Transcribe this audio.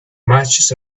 matches